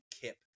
kip